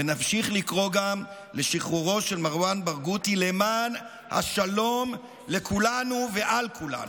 ונמשיך לקרוא גם לשחרורו של מרואן ברגותי למען השלום לכולנו ועל כולנו.